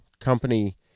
company